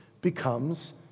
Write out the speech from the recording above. becomes